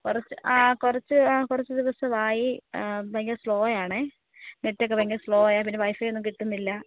കുറച്ച് ആ കുറച്ച് ആ കുറച്ച് ദിവസമായി ഭയങ്കര സ്ലോ ആണേ നെറ്റൊക്കെ ഭയങ്കര സ്ലോ ആണ് പിന്നെ വൈഫൈ ഒന്നും കിട്ടുന്നില്ല